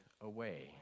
away